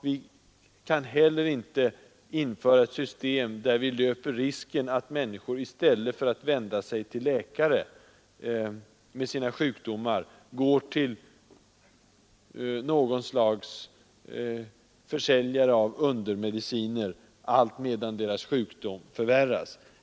Vi kan heller inte införa ett system, där vi löper risken att människor i stället för att vända sig till läkare med sina sjukdomar går till något slags försäljare av undermediciner allt medan deras sjukdom förvärras.